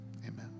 amen